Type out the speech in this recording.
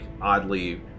oddly